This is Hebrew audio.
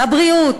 הבריאות,